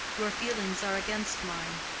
your feelings are against mine.